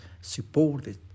supported